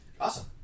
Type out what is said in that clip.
Awesome